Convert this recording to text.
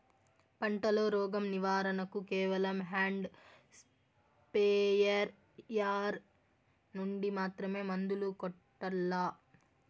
పంట లో, రోగం నివారణ కు కేవలం హ్యాండ్ స్ప్రేయార్ యార్ నుండి మాత్రమే మందులు కొట్టల్లా?